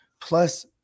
plus